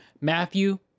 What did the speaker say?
Matthew